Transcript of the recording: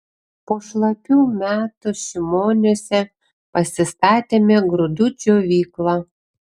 po šlapių metų šimoniuose pasistatėme grūdų džiovyklą